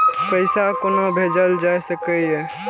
पैसा कोना भैजल जाय सके ये